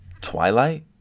Twilight